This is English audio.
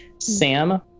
Sam